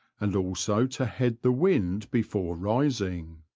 and also to head the wind before rising.